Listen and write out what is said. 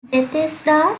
bethesda